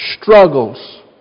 struggles